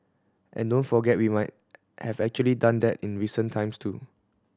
and don't forget we might have actually done that in recent times too